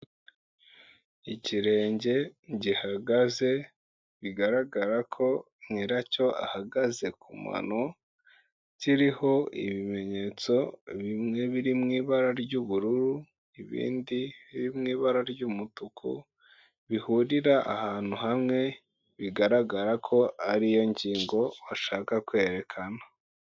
Ikirenge gihagaze bigaragara ko nyiracyo ahagaze ku mano, kiriho ibimenyetso bimwe biri mu ibara ry'ubururu ibindi biri mu ibara ry'umutuku, bihurira ahantu hamwe bigaragara ko ari yo ngingo bashaka kwerekana.